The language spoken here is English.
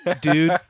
Dude